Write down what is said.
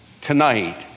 tonight